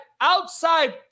outside